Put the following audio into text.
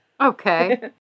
Okay